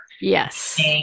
Yes